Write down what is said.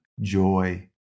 joy